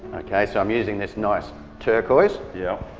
okay so i'm using this nice turquoise yeah.